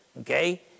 okay